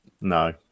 No